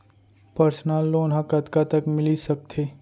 Personal loan ह कतका तक मिलिस सकथे?